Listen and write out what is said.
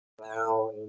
now